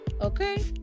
okay